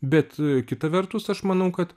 bet kita vertus aš manau kad